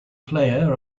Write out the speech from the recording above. player